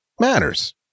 matters